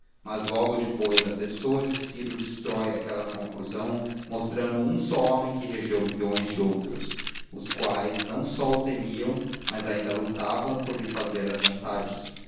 mas logo depois a pessoa de ciro destrói aquela conclusão mostrando um só homem que regeu milhões de outros os quais não só o temiam mas ainda lutavam por lhe fazer as vontades